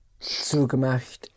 zugemacht